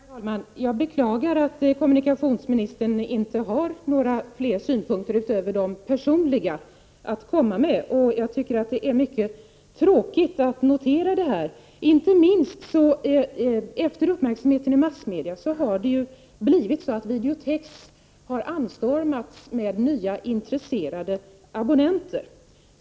Herr talman! Jag beklagar att kommunikationsministern inte har några synpunkter utöver de personliga att komma med. Jag tycker att det är mycket tråkigt att notera det. Inte minst genom uppmärksamheten i massmedia har videotex anstormats av nya intresserade abonnenter.